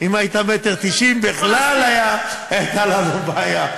אם היית 1.90, בכלל הייתה לנו בעיה.